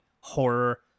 horror